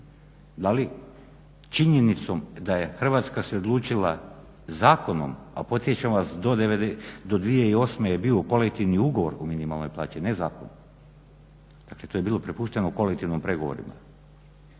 Da li činjenicu da je Hrvatska se odlučila zakonom, a podsjećam vas do 2008. je bio u kolektivni ugovor o minimalnoj plaći ne zakon, dakle to je bilo prepušteno kolektivnim pregovorima.